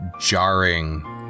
jarring